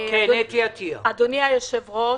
אדוני היושב-ראש,